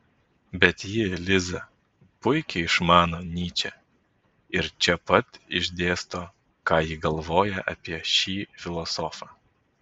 bet ji liza puikiai išmano nyčę ir čia pat išdėsto ką ji galvoja apie šį filosofą